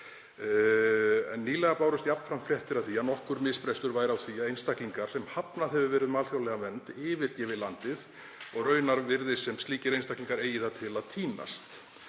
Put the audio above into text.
Nýlega bárust jafnframt fréttir af því að nokkur misbrestur væri á því að einstaklingar, sem hefur verið hafnað um alþjóðlega vernd, yfirgefi landið. Raunar virðist sem slíkir einstaklingar eigi það til að týnast.